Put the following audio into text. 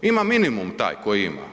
Ima minimum taj koji ima.